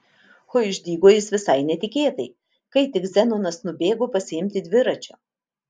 o išdygo jis visai netikėtai kai tik zenonas nubėgo pasiimti dviračio